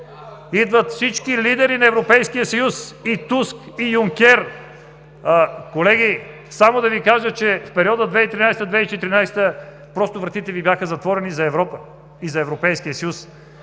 идват всички лидери на Европейския съюз – и Туск, и Юнкер. Колеги, само да Ви кажа, че в периода 2013 – 2014 г. вратите Ви бяха затворени за Европа, за Европейския съюз.